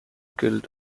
guild